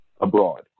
Abroad